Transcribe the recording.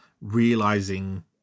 realizing